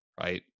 right